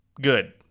good